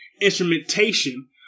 instrumentation